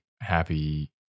happy